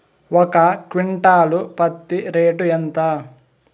ఒక క్వింటాలు పత్తి రేటు ఎంత?